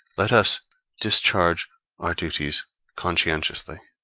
let us discharge our duties conscientiously.